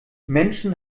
menschen